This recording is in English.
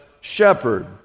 shepherd